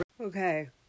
Okay